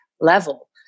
level